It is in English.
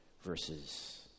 verses